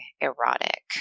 erotic